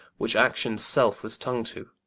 which actions selfe, was tongue too